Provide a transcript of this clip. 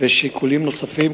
אדוני היושב-ראש,